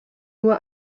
nur